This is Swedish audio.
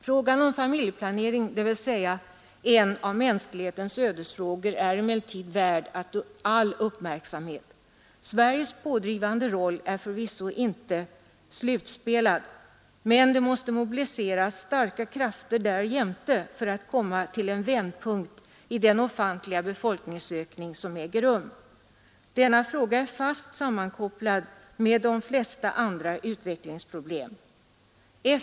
Frågan om familjeplanering, dvs. en av mänsklighetens ödesfrågor, är emellertid värd all uppmärksamhet. Sveriges pådrivande roll är förvisso inte slutspelad, men det måste mobiliseras ytterligare starka krafter för att man skall komma till en vändpunkt i den ofantliga befolkningsökning som äger rum. Denna fråga är fast sammankopplad med de flesta andra utvecklingsproblem.